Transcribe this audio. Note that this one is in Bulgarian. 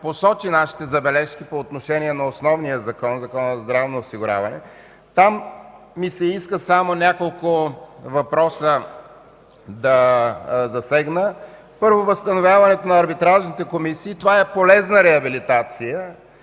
посочи нашите забележки по отношение на основния закон – Законът за здравното осигуряване. Там ми се иска само няколко въпроса да засегна. Първо, възстановяването на арбитражните комисии. Това е полезна реабилитация,